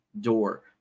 door